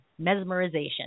mesmerization